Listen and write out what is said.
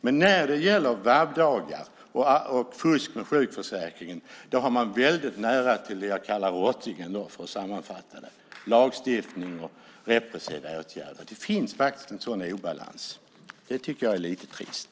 Men när det gäller VAB-dagar och fusk med sjukförsäkringen har man väldigt nära till det jag kallar rottingen, för att sammanfatta det hela, till lagstiftning och repressiva åtgärder. Det finns faktiskt en sådan obalans, och det tycker jag är lite trist.